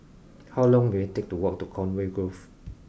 how long will it take to walk to Conway Grove